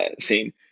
scene